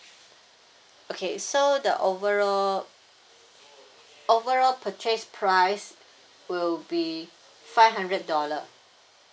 okay so the overall overall purchase price will be five hundred dollar